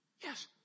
Yes